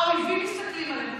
האויבים מסתכלים עלינו,